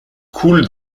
coule